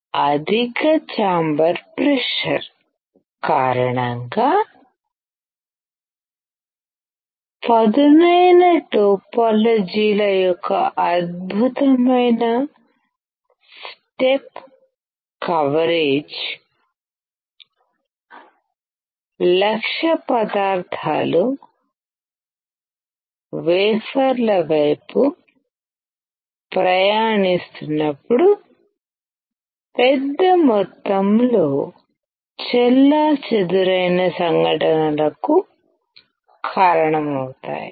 అధిక chamber pressure కారణంగా పదునైన టోపోలాజీల యొక్క అద్భుతమైన స్టెప్ కవరేజ్ లక్ష్య పదార్థాలు వేఫర్ ల వైపు ప్రయాణిస్తున్నప్పుడు పెద్ద మొత్తంలో చెల్లాచెదురైన సంఘటనలకు కారణమవుతాయి